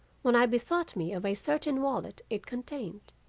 when i bethought me of a certain wallet it contained.